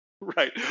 Right